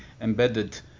embedded